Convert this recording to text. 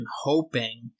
hoping